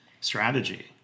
strategy